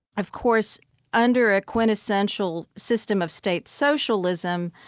of course under a quintessential system of state socialism,